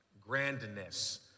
grandness